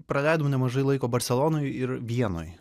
praleidom nemažai laiko barselonoj ir vienoj